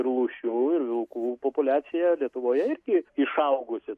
ir lūšių ir vilkų populiacija lietuvoje irgi išaugusi